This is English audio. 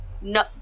No